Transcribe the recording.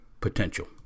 potential